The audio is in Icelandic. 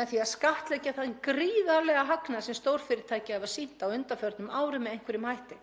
með því að skattleggja þann gríðarlega hagnað sem stórfyrirtæki hafa sýnt á undanförnum árum með einhverjum hætti.